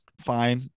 fine